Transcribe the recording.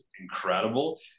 incredible